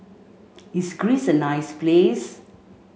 is Greece a nice place